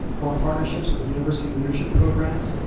formed partnerships with university leadership programs,